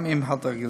גם אם הדרגתית,